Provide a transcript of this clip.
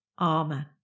Amen